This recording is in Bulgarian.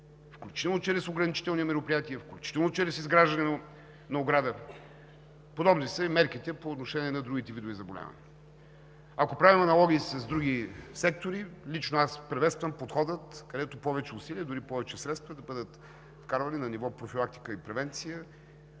включително чрез ограничителни мероприятия, включително чрез изграждане на ограда. Подобни са и мерките по отношение на другите видове заболявания. Ако правим аналогии с други сектори, лично аз приветствам подхода, където повече усилия, дори повече средства да бъдат вкарвани на ниво профилактика и превенция.